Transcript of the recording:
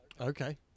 Okay